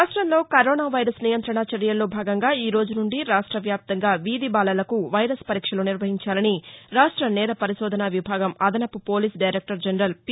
రాష్టంలో corona virus నియంత్రణా చర్యల్లో భాగంగా ఈ రోజు నుండి రాష్ట వ్యాప్తంగా వీధి బాలలకు వైరస్ పరీక్షలు నిర్వహించాలని రాష్ట నేర పరిశోధన విభాగం అదనపు పోలీసు దైరెక్టర్ జనరల్ పి